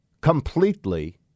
completely